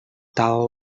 tal